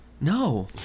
No